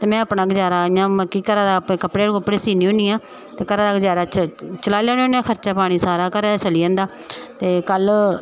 ते में अपने घरै दा गुजारा इ'यां मतलब कि कपड़े कुपड़े सीन्नी होन्नी ऐं ते घरा दा गुजारा चलाई लैन्नी होन्नी आं खर्चा पानी सारा घरा दा चली पौंदा ते कल्ल